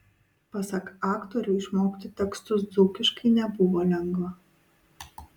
pasak aktorių išmokti tekstus dzūkiškai nebuvo lengva